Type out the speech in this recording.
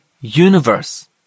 universe